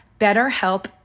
betterhelp